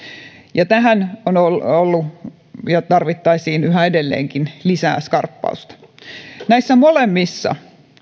tässä on ollut skarppausta ja sitä tarvittaisiin yhä edelleenkin lisää näissä molemmissa